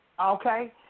okay